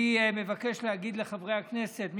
אני מבקש להגיד לחברי הכנסת,